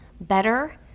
better